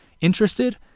Interested